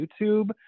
YouTube